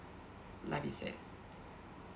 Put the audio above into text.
life is sad